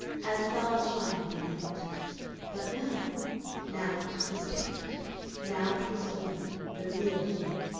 as stars shine in the night but now now it was different now it was dawn the real dawn.